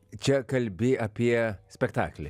čia kalbi apie spektaklį